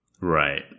Right